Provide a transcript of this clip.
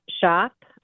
shop